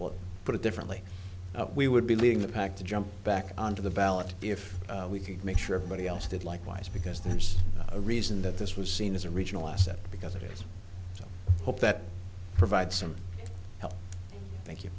would put it differently we would be leading the pack to jump back onto the ballot if we could make sure everybody else did like one because there's a reason that this was seen as a regional asset because i hope that provides some help thank you